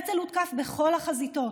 הרצל הותקף בכל החזיתות: